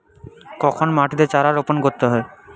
কখন মাটিতে চারা রোপণ করতে হয়?